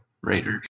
Raiders